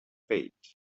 wait